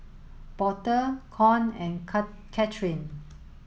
Porter Con and Kathryn